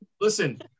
listen